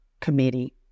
committee